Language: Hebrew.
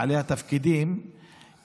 בעלי התפקידים,